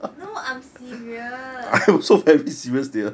no I'm serious